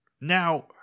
Now